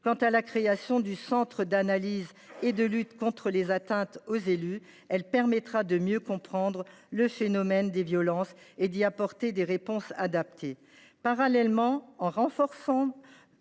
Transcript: outre, la création du Centre d’analyse et de lutte contre les atteintes aux élus permettra de mieux comprendre le phénomène des violences et d’y apporter des réponses adaptées.